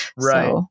Right